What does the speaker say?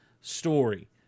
story